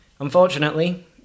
unfortunately